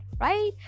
right